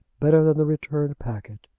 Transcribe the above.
better than the returned packet.